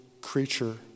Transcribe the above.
creature